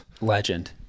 Legend